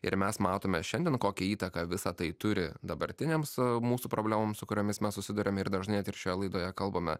ir mes matome šiandien kokią įtaką visa tai turi dabartinėms mūsų problemoms su kuriomis mes susiduriam ir dažnai net ir šioje laidoje kalbame